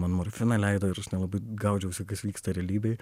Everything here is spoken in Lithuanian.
man morfiną leido ir aš nelabai gaudžiausi kas vyksta realybėj